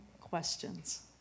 questions